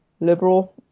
liberal